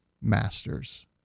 masters